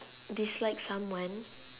dislike someone